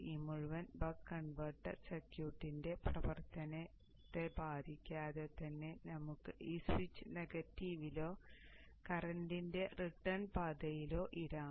ഈ മുഴുവൻ buck converter സർക്യൂട്ടിന്റെ പ്രവർത്തനത്തെ ബാധിക്കാതെ തന്നെ നമുക്ക് ഈ സ്വിച്ച് നെഗറ്റീവിലോ കറണ്ടിന്റെ റിട്ടേൺ പാതയിലോ ഇടാം